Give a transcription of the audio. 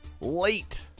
Late